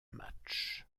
match